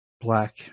black